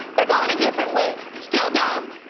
they're going a different way. still dumb,